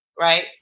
Right